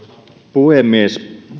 puhemies